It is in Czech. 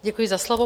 Děkuji za slovo.